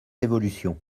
évolution